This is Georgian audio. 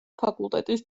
ფაკულტეტის